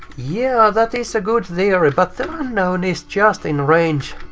yeah, that is a good theory, but the unknown is just in range.